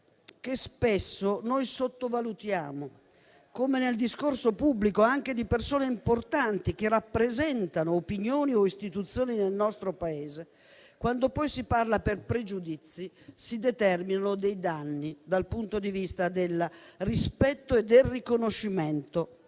che spesso sottovalutiamo come nel discorso pubblico, anche di persone importanti che rappresentano opinioni o istituzioni nel nostro Paese, quando poi si parla per pregiudizi si determinano dei danni dal punto di vista del rispetto e del riconoscimento